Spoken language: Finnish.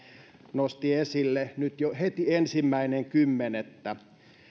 nosti esille nyt jo heti ensimmäinen kymmenettä